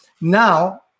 now